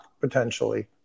potentially